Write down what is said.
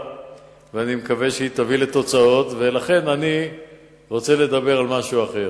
ואני מקווה שהיא תביא לתוצאות ולכן אני רוצה לדבר על משהו אחר.